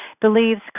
believes